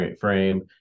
frame